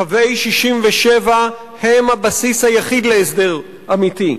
קווי 67' הם הבסיס היחיד להסדר אמיתי,